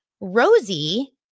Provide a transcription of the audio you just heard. Rosie